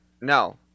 no